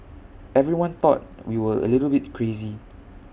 everyone thought we were A little bit crazy